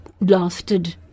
lasted